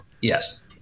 Yes